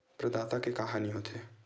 प्रदाता के का हानि हो थे?